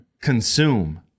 consume